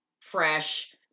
fresh